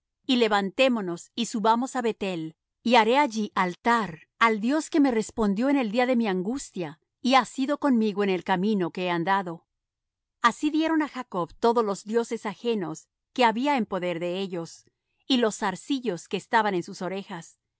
y levantémonos y subamos á beth-el y haré allí altar al dios que me respondió en el día de mi angustia y ha sido conmigo en el camino que he andado así dieron á jacob todos los dioses ajenos que había en poder de ellos y los zarzillos que estaban en sus orejas